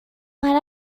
might